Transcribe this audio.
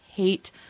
Hate